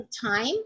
time